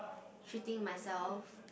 treating myself